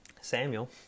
Samuel